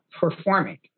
performing